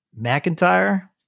McIntyre